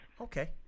Okay